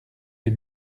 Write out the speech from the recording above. les